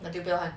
then 就不要换